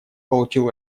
получил